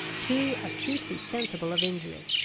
too acutely sensible of injury.